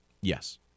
Yes